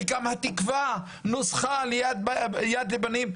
וגם התקווה נוסחה ליד יד לבנים.